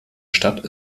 stadt